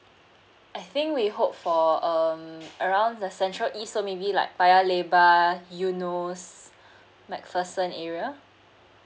I think we hope for um around the central east uh maybe like paya lebar eunos macpherson area